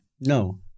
No